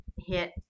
hit